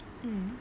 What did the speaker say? mm